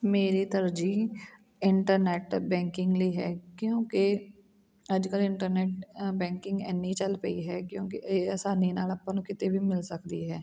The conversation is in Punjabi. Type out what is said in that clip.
ਮੇਰੀ ਤਰਜੀਹ ਇੰਟਰਨੈੱਟ ਬੈਂਕਿੰਗ ਲਈ ਹੈ ਕਿਉਂਕਿ ਅੱਜ ਕੱਲ੍ਹ ਇੰਟਰਨੈੱਟ ਅ ਬੈਂਕਿੰਗ ਇੰਨੀ ਚੱਲ ਪਈ ਹੈ ਕਿਉਂਕਿ ਇਹ ਅਸਾਨੀ ਨਾਲ ਆਪਾਂ ਨੂੰ ਕਿਤੇ ਵੀ ਮਿਲ ਸਕਦੀ ਹੈ